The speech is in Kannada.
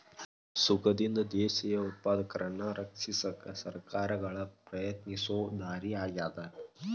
ಸುಂಕದಿಂದ ದೇಶೇಯ ಉತ್ಪಾದಕರನ್ನ ರಕ್ಷಿಸಕ ಸರ್ಕಾರಗಳ ಪ್ರಯತ್ನಿಸೊ ದಾರಿ ಆಗ್ಯಾದ